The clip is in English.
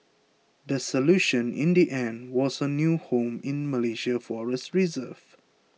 the solution in the end was a new home in a Malaysian forest reserve